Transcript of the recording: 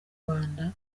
rwanda